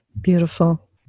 Beautiful